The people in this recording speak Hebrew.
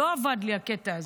לא עבד לי הקטע הזה,